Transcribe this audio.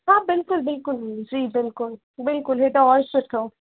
हा बिल्कुलु बिल्कुलु जी बिल्कुलु बिल्कुलु हीअ त और सुठो